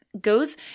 goes